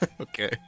okay